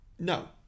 No